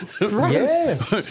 Yes